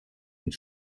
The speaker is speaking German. mit